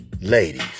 Ladies